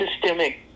systemic